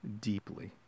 deeply